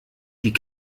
die